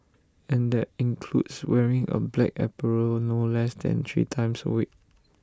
and that includes wearing A black apparel no less than three times A week